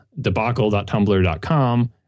debacle.tumblr.com